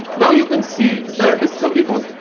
now you can see the discovery board.